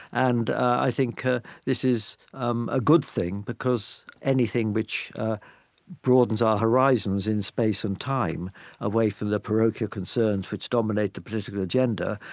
and i think ah this is, um, a good thing, because anything which broadens our horizons in space and time away from the parochial concerns which dominate the political agenda,